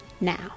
now